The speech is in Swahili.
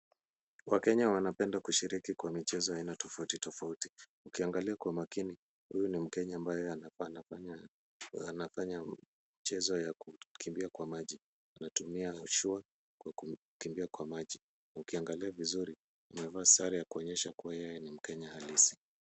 Wakenya wanapenda kushiriki kwa michezo aina tofauti tofauti. Ukiangalia kwa makini, huyu ni mkenya ambaye anafanya mchezo ya kukimbia kwa maji. Anatumia mashua kwa kukimbia kwa maji. Ukiangalia vizuri, amevalia sare ya kuonyesha yeye ni mkenya halisi.